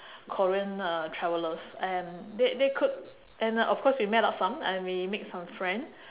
korean uh travelers and they they could and of course we met up some and we make some friend